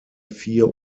vier